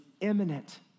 imminent